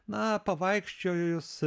na pavaikščiojus